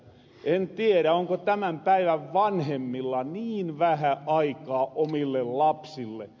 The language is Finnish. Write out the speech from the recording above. en tierä onko tämän päivän vanhemmilla niin vähä aikaa omille lapsille